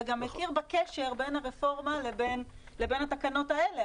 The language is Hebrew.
וגם מכיר בקשר בין הרפורמה לבין התקנות האלה.